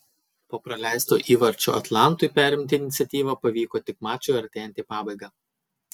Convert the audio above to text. po praleisto įvarčio atlantui perimti iniciatyvą pavyko tik mačui artėjant į pabaigą